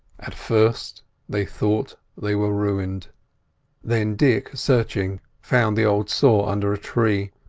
at first they thought they were ruined then dick, searching, found the old saw under a tree,